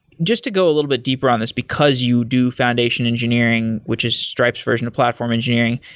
just to go a little bit deeper on this because you do foundation engineering, which is stripe's verson of platform engineering.